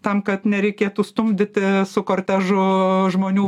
tam kad nereikėtų stumdyti su kortežo žmonių